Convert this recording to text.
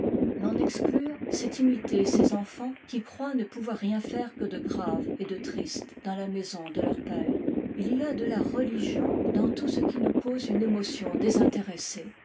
l'en exclure c'est imiter ces enfants qui croient ne pouvoir rien faire que de grave et de triste dans la maison de leur père il y a de la religion dans tout ce qui nous cause une émotion désintéressée